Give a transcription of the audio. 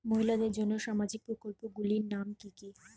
মহিলাদের জন্য সামাজিক প্রকল্প গুলির নাম কি কি?